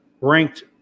ranked